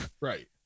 Right